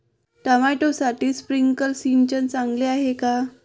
टोमॅटोसाठी स्प्रिंकलर सिंचन चांगले आहे का?